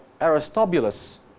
Aristobulus